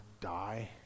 die